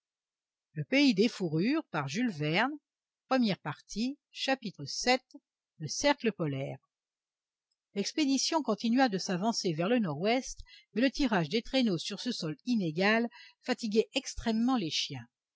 vii le cercle polaire l'expédition continua de s'avancer vers le nord-ouest mais le tirage des traîneaux sur ce sol inégal fatiguait extrêmement les chiens